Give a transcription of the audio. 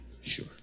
Sure